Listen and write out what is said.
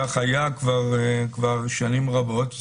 כך היה כבר שנים רבות.